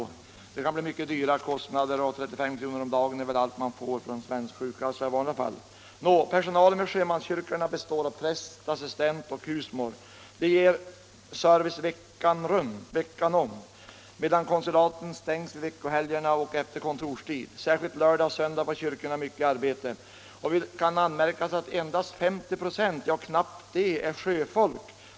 Kostnaderna vid sjukdom eller olycksfall kan bli mycket stora, och 35 kr. om dagen är allt man får från svensk sjukkassa i vanliga fall. Personalen vid sjömanskyrkorna består av präst, assistent och husmor. De ger service hela veckan, medan konsulaten stängs i veckohelgerna och efter kontorstid. Särskilt under lördag-söndag har kyrkorna mycket arbete. Det kan anmärkas att knappt 50 26 av dem som kommer till kyrkorna är sjöfolk.